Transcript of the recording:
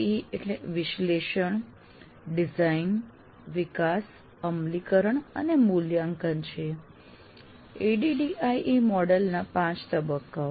ADDIE એટલે વિશ્લેષણ design વિકાસ અમલીકરણ અને મૂલ્યાંકન છે ADDIE મોડેલ ના 5 તબક્કાઓ